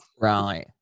Right